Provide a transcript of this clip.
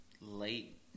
late